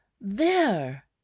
There